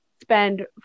spend